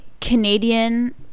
Canadian